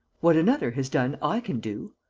what another has done i can do.